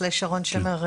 או שרון שמר,